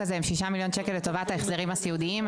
הם 6 מיליון שקל לטובת ההחזרים הסיעודיים.